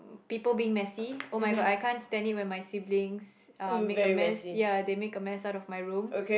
people being messy [oh]-my-god I can't stand it when my siblings uh make a mess ya they make a mess out of my room